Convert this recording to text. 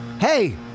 Hey